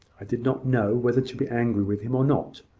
i did not know whether to be angry with him or not.